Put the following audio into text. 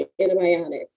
antibiotics